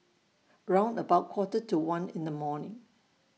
round about Quarter to one in The morning